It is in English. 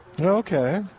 Okay